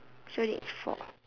so that's four